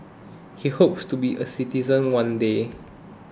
he hopes to be a citizen one day